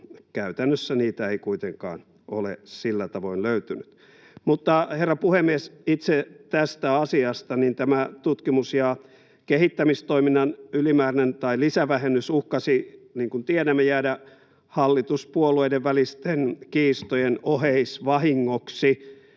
Käytännössä niitä ei kuitenkaan ole sillä tavoin löytynyt. Herra puhemies! Itse tästä asiasta: Tämä tutkimus- ja kehittämistoiminnan lisävähennys uhkasi, niin kuin tiedämme, jäädä hallituspuolueiden välisten kiistojen oheisvahingoksi,